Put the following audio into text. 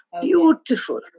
Beautiful